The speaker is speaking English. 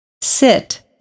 Sit